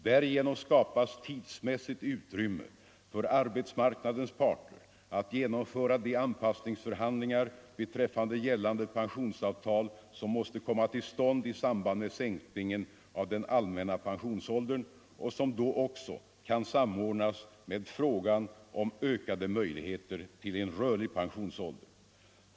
Därigenom skapas tidsmässigt utrymme för arbetsmarknadens parter att genomföra de anpassningsförhandlingar beträffande gällande pensionsavtal som måste komma till stånd i samband med sänkningen av den allmänna pensionsåldern och som då också kan samordnas med frågan om ökade möjligheter till rörlig pensionsålder.